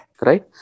right